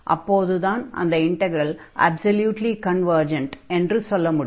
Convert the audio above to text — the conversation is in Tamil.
அப்போதுதான் அந்த இன்டக்ரலை அப்ஸல்யூட்லி கன்வர்ஜன்ட் என்று சொல்ல முடியும்